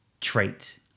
trait